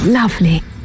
lovely